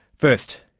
first,